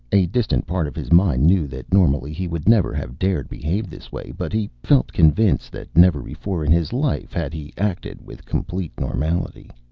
a distant part of his mind knew that normally he would never have dared behave this way, but he felt convinced that never before in his life had he acted with complete normality.